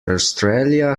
australia